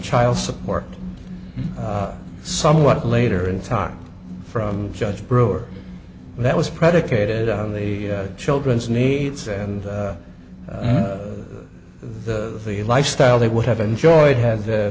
child support somewhat later in time from judge brewer that was predicated on the children's needs and the the lifestyle they would have enjoyed had the